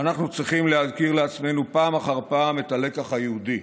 ואנחנו צריכים להזכיר לעצמנו פעם אחר פעם את הלקח היהודי: